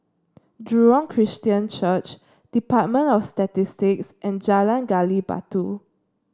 Jurong Christian Church Department of Statistics and Jalan Gali Batu